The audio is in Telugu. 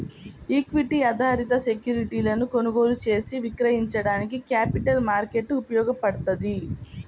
ఈక్విటీ ఆధారిత సెక్యూరిటీలను కొనుగోలు చేసి విక్రయించడానికి క్యాపిటల్ మార్కెట్ ఉపయోగపడ్తది